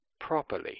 properly